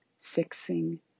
fixing